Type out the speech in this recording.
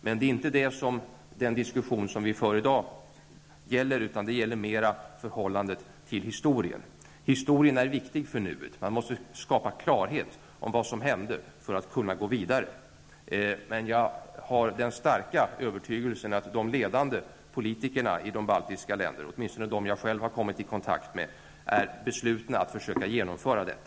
Men det är inte det som den diskussion som vi för i dag gäller, utan den gäller mer förhållandet till historien. Historien är viktig för nuet. Man måste skapa klarhet om vad som hände för att kunna gå vidare. Men jag har den starka övertygelsen att de ledande politikerna i de baltiska länderna, åtminstone de politiker som jag själv har kommit i kontakt med, är beslutna att försöka genomföra detta.